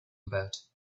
about